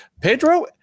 Pedro